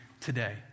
today